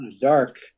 Dark